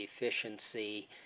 efficiency